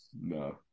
No